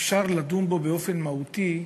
אפשר לדון בו באופן מהותי,